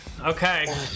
okay